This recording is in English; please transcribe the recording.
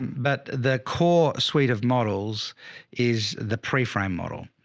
but the core suite of models is the pre-frame model.